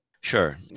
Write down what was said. Sure